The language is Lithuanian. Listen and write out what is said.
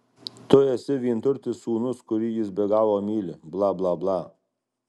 tu esi vienturtis sūnus kurį jis be galo myli bla bla bla